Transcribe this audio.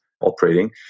operating